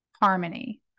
harmony